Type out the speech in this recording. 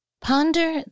Ponder